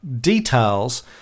details